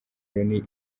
loni